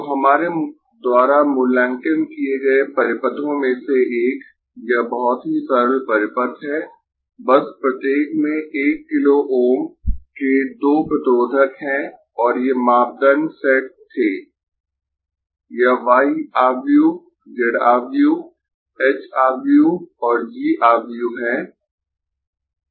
तो हमारे द्वारा मूल्यांकन किए गए परिपथों में से एक यह बहुत ही सरल परिपथ है बस प्रत्येक में 1 किलो ओम के दो प्रतिरोधक है और ये मापदंड सेट थे यह y आव्यूह z आव्यूह h आव्यूह और g आव्यूह है